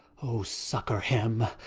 oh, succour him!